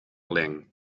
ling